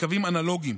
לקווים אנלוגיים.